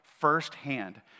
firsthand